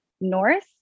north